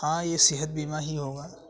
ہاں یہ صحت بیمہ ہی ہوگا